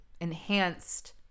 enhanced